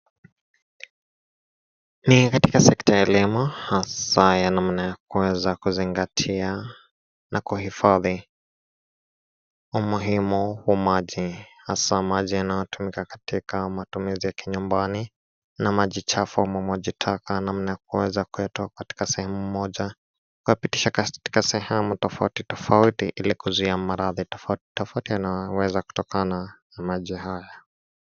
Ni katika sekta ya elimu haswa ya namna ya kuweza kuzingatia na kuhifadhi umuhimu wa maji haswa maji yanyotumika katika matumizi ya kinyumbani na maji chafu ama maji taka namna ya kuweza kuyatoa katika sehemu mmoja na kuyapitisha sehemu tofauti tofauti ili kuweza kuzuia maradhi tofauti tofauti yanayoweza kutokana na maji haya.